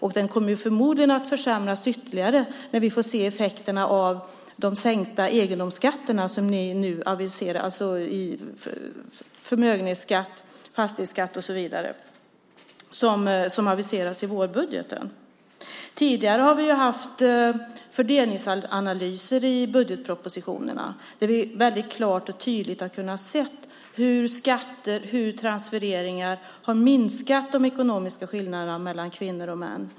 Och den kommer förmodligen att försämras ytterligare när vi får se effekterna av de sänkta egendomsskatterna som ni nu aviserar i vårbudgeten, alltså förmögenhetsskatt, fastighetsskatt och så vidare. Tidigare har vi haft fördelningsanalyser i budgetpropositionerna där vi väldigt klart och tydligt har kunnat se hur skatter och transfereringar har minskat de ekonomiska skillnaderna mellan kvinnor och män.